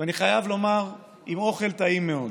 ואני חייב לומר, עם אוכל טעים מאוד.